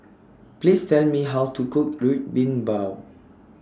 Please Tell Me How to Cook Red Bean Bao